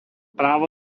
právo